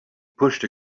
pushed